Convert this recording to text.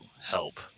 help